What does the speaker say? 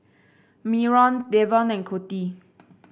Myron Davon and Coty